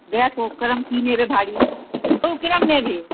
দেখো কীরকম কী নেবে ভারী তবু কীরকম নেবে